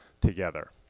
together